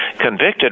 convicted